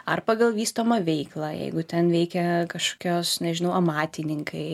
ar pagal vystomą veiklą jeigu ten veikia kažkokios nežinau amatininkai